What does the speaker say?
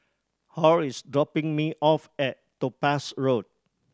Hall is dropping me off at Topaz Road